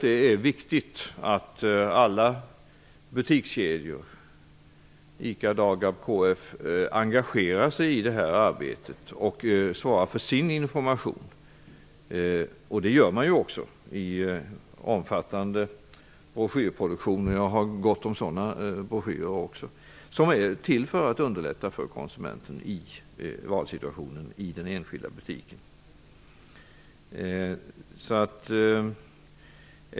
Det är viktigt att alla butikskedjor -- ICA, DAGAB och KF -- engagerar sig i detta arbete och svarar för sin information. Det gör man också genom omfattande broschyrproduktioner -- jag har också gott om sådana broschyrer -- som är till för att underlätta i konsumentens valsituation i den enskilda butiken.